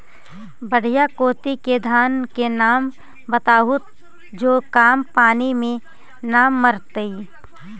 बढ़िया कोटि के धान के नाम बताहु जो कम पानी में न मरतइ?